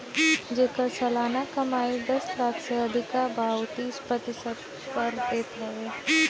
जेकर सलाना कमाई दस लाख से अधिका बा उ तीस प्रतिशत कर देत हवे